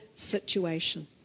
situation